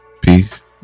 Peace